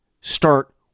start